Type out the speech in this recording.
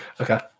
Okay